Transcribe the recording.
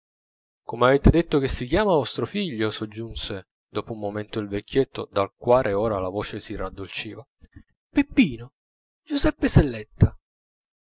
come avete detto che si chiama vostro figlio soggiunse dopo un momento il vecchietto del quale ora la voce si raddolciva peppino giuseppe selletta